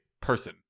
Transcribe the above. person